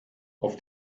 auf